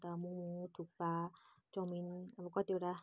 अन्त मोमो थुक्पा चौमिन अब कतिवटा